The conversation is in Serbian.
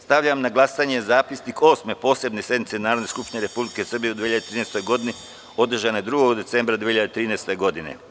Stavljam na glasanje Zapisnik Osme posebne sednice Narodne skupštine Republike Srbije u 2013. godini, održane 2. decembra 2013. godine.